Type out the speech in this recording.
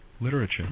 literature